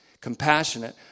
compassionate